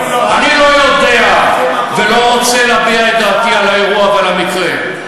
אני לא יודע ולא רוצה להביע את דעתי על האירוע ועל המקרה.